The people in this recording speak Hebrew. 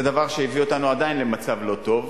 זה דבר שהביא אותנו עדיין למצב לא טוב,